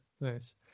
nice